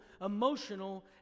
emotional